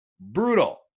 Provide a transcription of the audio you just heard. brutal